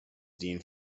dean